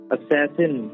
Assassin